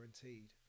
guaranteed